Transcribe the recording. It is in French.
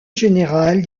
général